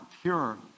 pure